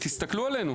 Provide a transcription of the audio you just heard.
תסתכלו עלינו.